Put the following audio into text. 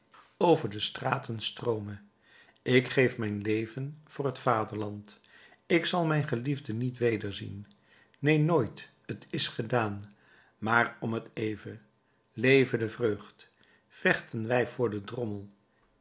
over de straten stroome ik geef mijn leven voor het vaderland ik zal mijn geliefde niet wederzien neen nooit t is gedaan maar om t even leve de vreugd vechten wij voor den drommel